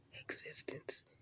existence